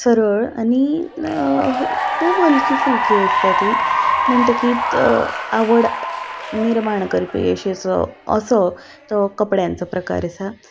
सरळ आनी खूब हलकी फुलकी आसता ती म्हणटकीत आवड निर्माण करपी अशेचो असो तो कपड्यांचो प्रकार आसा